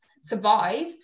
survive